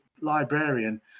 librarian